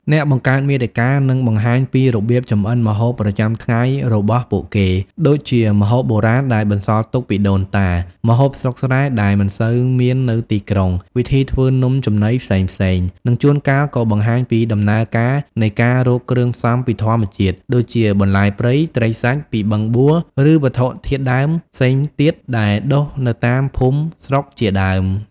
អ្នកបង្កើតមាតិកានឹងបង្ហាញពី របៀបចម្អិនម្ហូបប្រចាំថ្ងៃរបស់ពួកគេ ដូចជា ម្ហូបបុរាណដែលបន្សល់ទុកពីដូនតា ម្ហូបស្រុកស្រែដែលមិនសូវមាននៅទីក្រុង វិធីធ្វើនំចំណីផ្សេងៗ និងជួនកាលក៏បង្ហាញពីដំណើរការនៃការរកគ្រឿងផ្សំពីធម្មជាតិ ដូចជាបន្លែព្រៃ ត្រីសាច់ពីបឹងបួ ឬវត្ថុធាតុដើមផ្សេងទៀតដែលដុះនៅតាមភូមិស្រុកជាដើម។